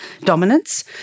dominance